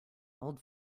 old